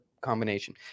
combination